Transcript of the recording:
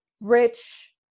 rich